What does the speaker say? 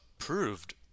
approved